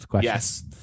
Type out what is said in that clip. Yes